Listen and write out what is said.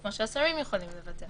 כמו שהשרים יכולים לבטל,